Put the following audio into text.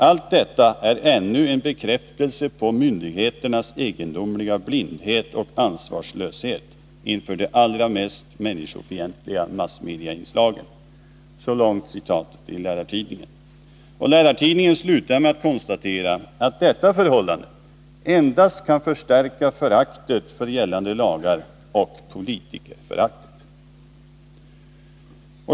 Allt detta är ännu en bekräftelse på myndigheternas egendomliga blindhet och ansvarslöshet inför de allra mest människofientliga massmedieinslagen.” Lärartidningen slutar med att konstatera att detta förhållande endast kan förstärka föraktet för gällande lagar — och politikerföraktet.